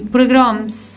Programs